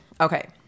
Okay